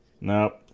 Nope